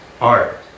Art